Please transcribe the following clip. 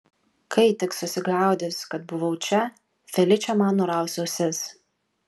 kai tik susigaudys kad buvau čia feličė man nuraus ausis